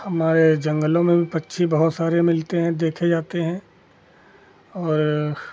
हमारे जंगलों में भी पक्षी बहुत सारे मिलते हैं देखे जाते हैं और